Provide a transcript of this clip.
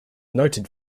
noted